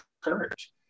courage